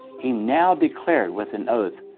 he now declared with an oath,